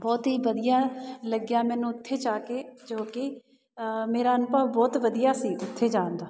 ਬਹੁਤ ਹੀ ਵਧੀਆ ਲੱਗਿਆ ਮੈਨੂੰ ਉੱਥੇ ਜਾ ਕੇ ਜੋ ਕਿ ਮੇਰਾ ਅਨੁਭਵ ਬਹੁਤ ਵਧੀਆ ਸੀ ਉੱਥੇ ਜਾਣ ਦਾ